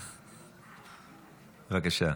בבקשה.